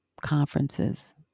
conferences